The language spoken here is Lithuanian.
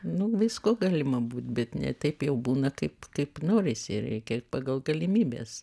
nu viskuo galima būt bet ne taip jau būna kaip kaip norisi reikia ir pagal galimybes